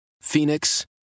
Phoenix